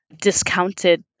discounted